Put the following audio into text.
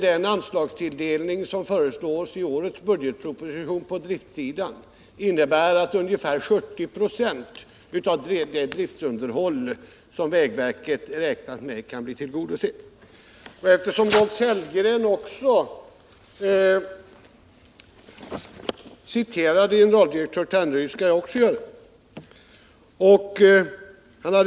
Den anslagstilldelning som föreslås i årets budgetproposition på driftsidan innebär att ungefär 70 26 av det driftunderhåll som vägverket räknat med kan bli tillgodosett. Eftersom Rolf Sellgren citerade generaldirektör Ternryd skall jag också göra det.